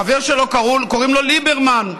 החבר שלו, קוראים לו ליברמן.